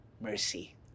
mercy